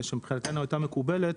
שמבחינתנו הייתה מקובלת,